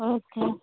okay